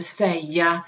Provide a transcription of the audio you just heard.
säga